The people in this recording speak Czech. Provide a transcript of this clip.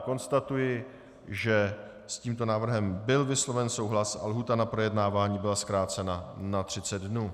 Konstatuji, že s tímto návrhem byl vysloven souhlas a lhůta na projednávání byla zkrácena na 30 dnů.